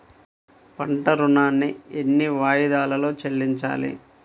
పంట ఋణాన్ని ఎన్ని వాయిదాలలో చెల్లించాలి?